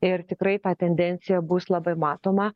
ir tikrai ta tendencija bus labai matoma